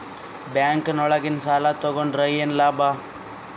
Bank ನೊಳಗ ಸಾಲ ತಗೊಂಡ್ರ ಏನು ಲಾಭ?